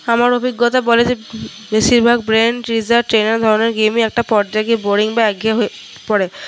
আমার অভিজ্ঞতা বলে যে বেশিরভাগ ব্রেন টিজার ট্রেনার ধরনের গেমই একটা পর্যায় গিয়ে বোরিং বা একঘেয়ে হয়ে পরে